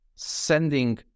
Sending